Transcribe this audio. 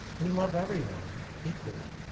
we love everyone equally.